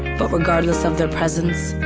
but regardless of their presence,